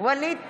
ווליד טאהא,